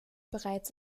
bereits